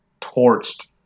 torched